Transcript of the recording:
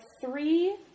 three